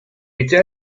était